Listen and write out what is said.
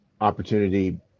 opportunity